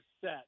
set